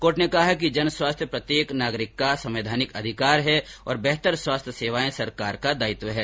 court ने कहा कि जन स्वास्थ्य प्रत्येक नागरिक का संवैधानिक अधिकार है और बेहतर स्वास्थ्य सेवाएं सरकार का दायित्व है